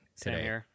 today